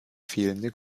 fehlende